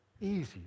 easy